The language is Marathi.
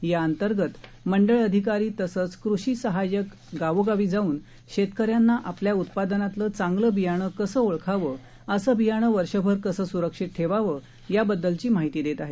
याअंतर्गत मंडळ अधिकारी तसंच कृषी सहाय्यक गावोगावी जाऊन शेतकऱ्यांना आपल्या उत्पादनातलं चांगलं बियाणं कसं ओळखावं असं बियाणं वर्षभर कसं स्रक्षित ठेवावं याबद्दलची माहिती देत आहेत